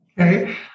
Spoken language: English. Okay